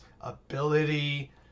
ability